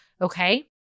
Okay